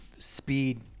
Speed